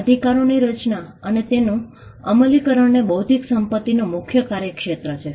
અધિકારોની રચના અને તેનું અમલીકરણએ બૌદ્ધિક સંપતિનું મુખ્ય કાર્યક્ષેત્ર છે